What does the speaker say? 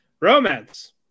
romance